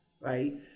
right